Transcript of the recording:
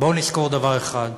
בואו נזכור דבר אחד: